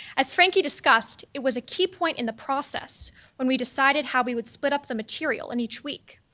as frankie discussed, it was a key point in the process when we decided how we would split up the material in each week,